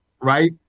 right